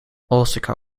osaka